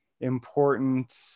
important